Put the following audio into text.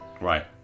right